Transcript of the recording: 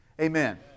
Amen